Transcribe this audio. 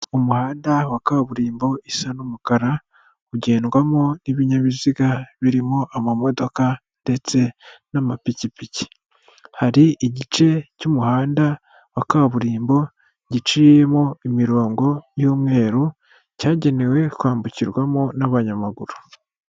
Umuhanda wa kaburimbo usa n'umukara, ugendwamo n'ibinyabiziga birimo amamodoka ndetse n'amapikipiki, hari igice cy'umuhanda wa kaburimbo giciyemo imirongo y'umweru, cyagenewe kwambukirwamo n'abanyamaguru.